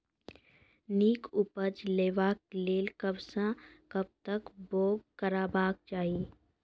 नीक उपज लेवाक लेल कबसअ कब तक बौग करबाक चाही?